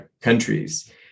countries